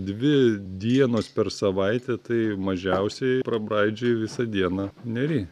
dvi dienos per savaitę tai mažiausiai prabraidžioji visą dieną nery